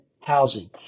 housing